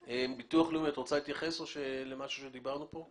ביטוח לאומי את רוצה להתייחס למשהו שאמרנו פה?